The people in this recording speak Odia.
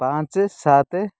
ପାଞ୍ଚ ସାତେ